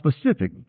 specific